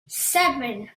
seven